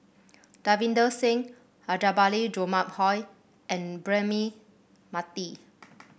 Davinder Singh Rajabali Jumabhoy and Braema Mathi